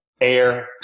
air